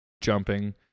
jumping